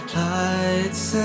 lights